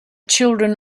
children